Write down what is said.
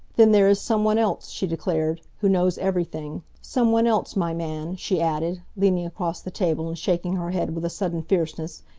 then there is some one else, she declared, who knows everything some one else, my man, she added, leaning across the table and shaking her head with a sudden fierceness,